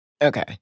Okay